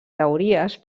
teories